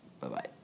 Bye-bye